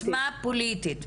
בעוצמה פוליטית,